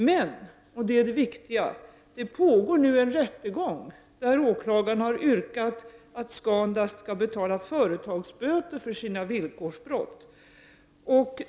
Men — detta är det viktiga — det pågår nu en rättegång där åklagaren har yrkat att Scandust skall betala företagsböter för sina villkorsbrott.